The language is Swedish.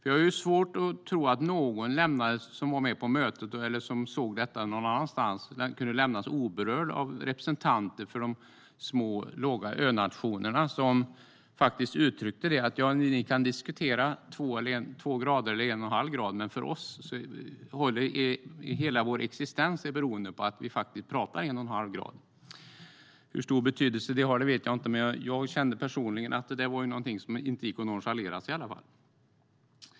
Jag har svårt att tro att någon som var med på mötet, eller som såg detta någon annanstans, kunde lämnas oberörd av representanter för de små låga önationerna. De uttryckte: Ni kan diskutera två grader eller en och en halv grad, men hela vår existens är beroende av att vi talar om en och en halv grad. Hur stor betydelse det har vet jag inte. Men jag kände personligen att det i varje fall var något som inte gick att nonchalera.